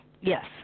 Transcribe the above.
Yes